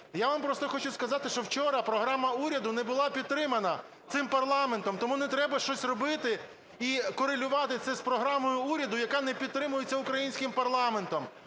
Я вам просто хочу сказати, що вчора програма уряду не була підтримана цим парламентом. Тому не треба щось робити і корелювати це з програмою уряду, яка не підтримується українським парламентом.